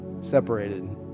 separated